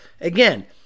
again